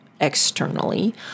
externally